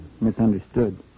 misunderstood